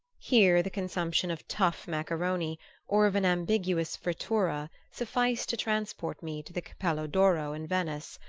here the consumption of tough macaroni or of an ambiguous frittura sufficed to transport me to the cappello d'oro in venice,